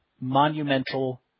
monumental